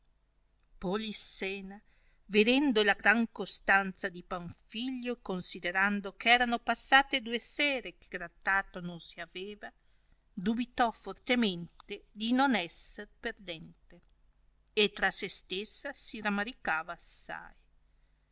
polissena vedendo la gran constanza di panfilio e considerando eh erano passate due sere che grattato non si aveva dubitò fortemente di non esser perdente e tra se stessa si ramaricava assai